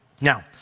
Now